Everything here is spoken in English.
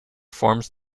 forms